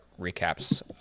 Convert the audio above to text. recaps